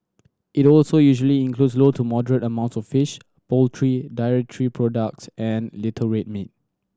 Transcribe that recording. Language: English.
it also usually includes low to moderate amount of fish poultry dairy products and little red meat